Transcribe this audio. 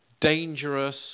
dangerous